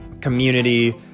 community